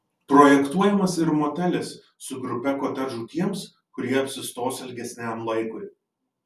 projektuojamas ir motelis su grupe kotedžų tiems kurie apsistos ilgesniam laikui